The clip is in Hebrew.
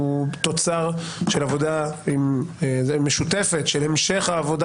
שהוא תוצר של עבודה משותפת של המשך העבודה